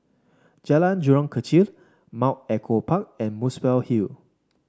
Jalan Jurong Kechil Mount Echo Park and Muswell Hill